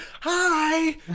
hi